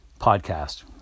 podcast